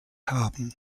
haben